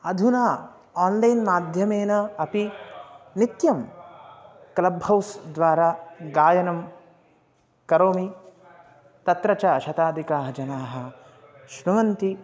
अधुना आन्लैन् माध्यमेन अपि नित्यं क्लब्हौस्द्वारा गायनं करोमि तत्र च शताधिकाः जनाः शृण्वन्ति